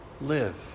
live